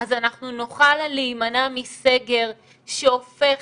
אז אנחנו נוכל להימנע מסגר שהופך